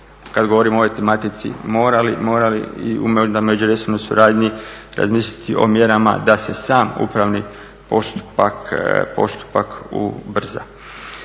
kad govorimo o ovoj tematici morali i o međuresornoj suradnji razmisliti o mjerama da se sam upravni postupak ubrza.